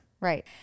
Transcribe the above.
Right